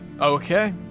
Okay